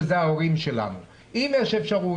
שהם ההורים שלנו, שאם יש אפשרות